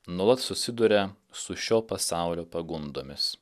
nuolat susiduria su šio pasaulio pagundomis